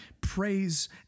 praise